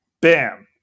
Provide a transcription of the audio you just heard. bam